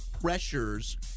pressures